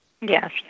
Yes